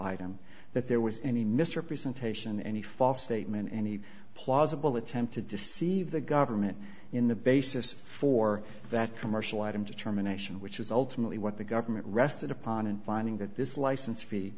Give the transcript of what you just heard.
item that there was any misrepresentation any false statement any plausible attempt to deceive the government in the basis for that commercial item determination which is ultimately what the government rested upon and finding that this license fee